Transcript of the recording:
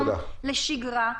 לשגרה,